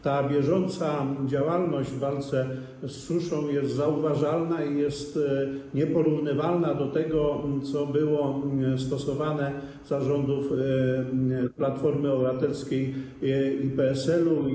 Ta bieżąca działalność w walce z suszą jest zauważalna i jest nieporównywalna z tym, co było stosowane za rządów Platformy Obywatelskiej i PSL-u.